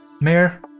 Mayor